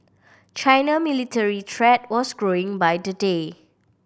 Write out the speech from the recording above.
China military threat was growing by the day